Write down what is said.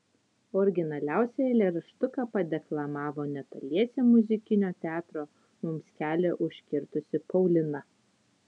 originaliausią eilėraštuką padeklamavo netoliese muzikinio teatro mums kelią užkirtusi paulina